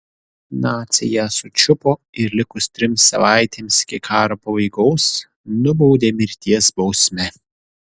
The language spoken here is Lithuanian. naciai ją sučiupo ir likus trims savaitėms iki karo pabaigos nubaudė mirties bausme